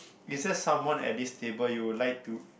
is just someone at this table you would like to